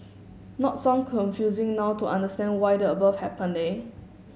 not so confusing now to understand why the above happened eh